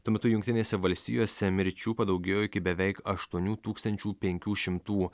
tuo metu jungtinėse valstijose mirčių padaugėjo iki beveik aštuonių tūkstančių penkių šimtų